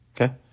Okay